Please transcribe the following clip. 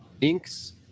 inks